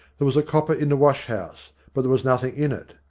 there was a copper in the wash-house, but there was nothing in it.